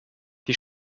die